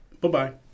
Bye-bye